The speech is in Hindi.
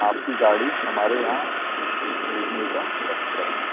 आपकी गाड़ी हमारे यहाँ भेजने का कष्ट करें आप